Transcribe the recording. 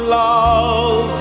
love